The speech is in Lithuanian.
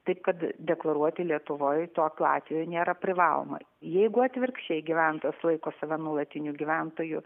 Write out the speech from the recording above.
taip kad deklaruoti lietuvoj tokiu atveju nėra privaloma jeigu atvirkščiai gyventojas laiko save nuolatiniu gyventoju